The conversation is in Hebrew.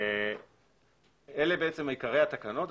אלה עיקרי התקנות.